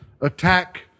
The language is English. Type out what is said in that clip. attack